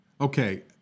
Okay